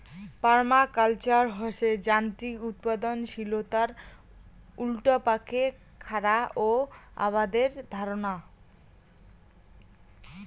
permaculture হসে যান্ত্রিক উৎপাদনশীলতার উল্টাপাকে খারা ও আবাদের ধারণা